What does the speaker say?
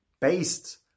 Based